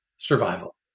Survival